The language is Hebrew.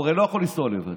הוא הרי לא יכול לנסוע לבד,